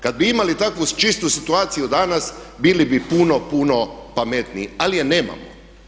Kad bi imali takvu čistu situaciju danas bili bi puno, puno pametniji, ali je nemamo.